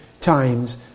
times